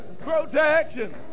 protection